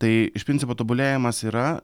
tai iš principo tobulėjimas yra